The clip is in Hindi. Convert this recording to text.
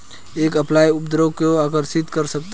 एक फ्लाई उपद्रव को आकर्षित कर सकता है?